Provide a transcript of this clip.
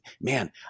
man